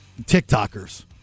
TikTokers